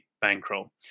bankroll